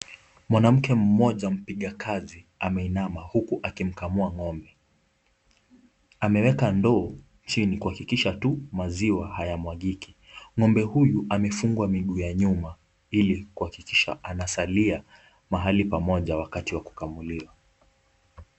Mwanamke mmoja mpiga kazi ameinama huku akimkamua ngombe, ameweka ndoo chini ili kuhakikisha tu maziwa hayamwagiki. Ng'ombe huyu amefungwa miguu ya nyuma ili kuhakikisha anasalia mahali pamoja wakati wa kukamiliwa.